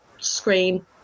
screen